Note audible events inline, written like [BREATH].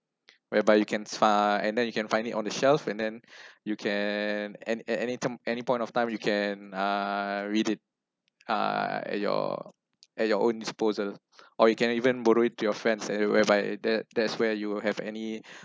whereby you can find and then you can find it on the shelf and then [BREATH] you can and at any time any point of time you can uh read it uh at your at your own disposal [BREATH] or you can even borrow it to your friends as whereby that's that's where you will have any [BREATH]